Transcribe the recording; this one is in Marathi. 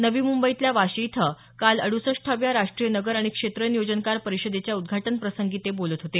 नवी मुंबईतल्या वाशी इथं काल अडुसष्ठाव्या राष्ट्रीय नगर आणि क्षेत्र नियोजनकार परिषदेच्या उद्घाटनप्रसंगी ते बोलत होते